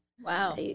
wow